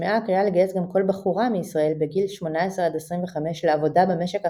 הושמעה הקריאה לגייס גם כל בחורה מישראל בגיל 18–25 לעבודה במשק החקלאי,